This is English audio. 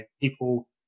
people